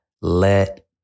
let